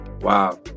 Wow